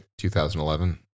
2011